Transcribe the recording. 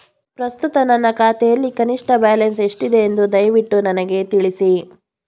ಪ್ರಸ್ತುತ ನನ್ನ ಖಾತೆಯಲ್ಲಿ ಕನಿಷ್ಠ ಬ್ಯಾಲೆನ್ಸ್ ಎಷ್ಟಿದೆ ಎಂದು ದಯವಿಟ್ಟು ನನಗೆ ತಿಳಿಸಿ